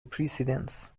precedence